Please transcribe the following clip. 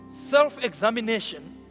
Self-examination